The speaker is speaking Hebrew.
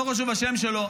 לא חשוב השם שלו,